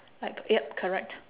like yup correct